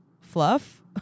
fluff